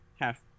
Half